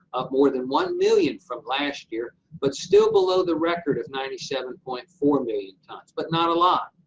up more than one million from last year, but still below the record of ninety seven point four million tons, but not a lot.